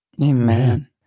Amen